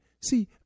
See